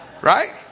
Right